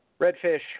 Redfish